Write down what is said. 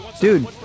Dude